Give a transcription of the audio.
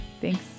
Thanks